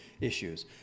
issues